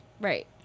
Right